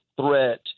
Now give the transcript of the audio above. threat